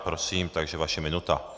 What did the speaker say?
Prosím, takže vaše minuta.